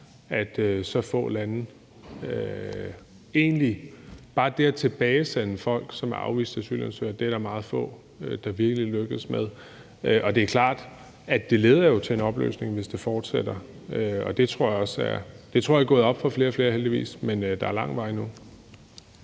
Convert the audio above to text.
at så få lande egentlig tilbagesender folk, som er afviste asylansøgere. Det er der meget få der virkelig lykkes med. Det er klart, at det leder til en opløsning, hvis det fortsætter, og det tror jeg er gået op for flere og flere, heldigvis. Men der er lang vej endnu.